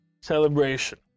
celebration